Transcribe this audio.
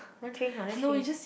want change or not let's change